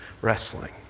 wrestling